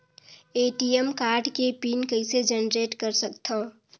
ATM card के pin कइसे generate कर सकथव?